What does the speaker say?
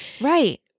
right